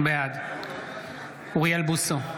בעד אוריאל בוסו,